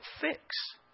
fix